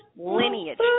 lineage